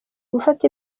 gufata